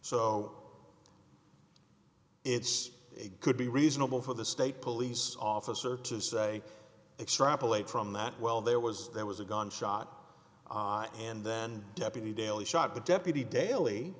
so it's a could be reasonable for the state police officer to say extrapolate from that well there was there was a gunshot and then deputy daly shot the deputy daily